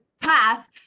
path